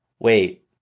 Wait